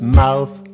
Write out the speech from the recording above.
mouth